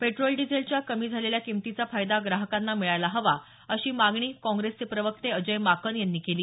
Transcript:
petrol डिझेलच्या कमी झालेल्या किंमतीचा फायदा ग्राहकांना मिळायला हवा अशी मागणीही काँग्रेसचे प्रवक्ते अजय माकन यांनी केली